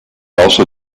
also